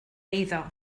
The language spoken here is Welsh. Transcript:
eiddo